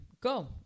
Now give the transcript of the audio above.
go